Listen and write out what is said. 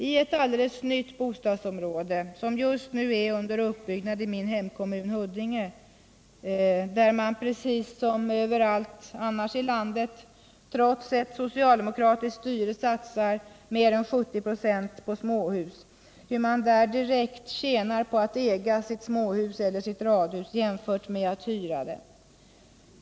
I ett alldeles nytt bostadsområde som just nu är under uppbyggnad i min hemkommun, Huddinge, där man precis som över allt annars i landet trots ett socialdemokratiskt styre satsar mer än 70 "ö på småhus, tjänar man direkt på att äga småhus eller radhus jämfört med att hyra det.